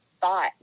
thought